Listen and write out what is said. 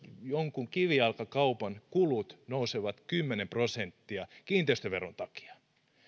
jonkun kivijalkakaupan kulut nousevat kymmenen prosenttia kiinteistöveron takia